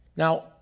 Now